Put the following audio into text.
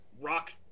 Rock